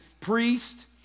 priest